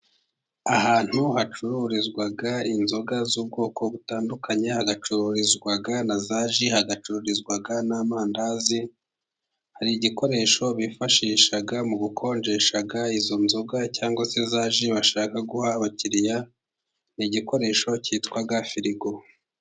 Ahantu hacururizwa inzoga z'ubwoko butandukanye, hagacururizwa na za ji, hagacururizwa n'amandazi, hari igikoresho bifashisha mu gukonjesha izo nzoga cyangwa se za ji bashaka guha abakiriya, ni igikoresho cyitwa firigo.